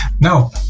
no